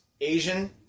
Asian